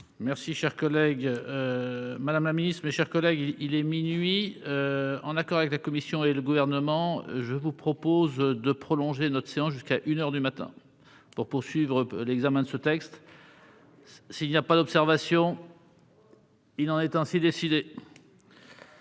ou en aval. Madame la ministre, mes chers collègues, il est minuit. En accord avec la commission et le Gouvernement, je vous propose de prolonger notre séance jusqu'à une heure du matin pour poursuivre l'examen de ce texte. Il n'y a pas d'observation ?... Il en est ainsi décidé.